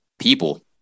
people